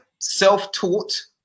self-taught